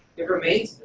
it remains,